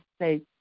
say